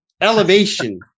elevation